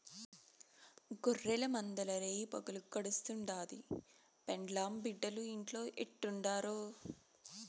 గొర్రెల మందల్ల రేయిపగులు గడుస్తుండాది, పెండ్లాం బిడ్డలు ఇంట్లో ఎట్టుండారో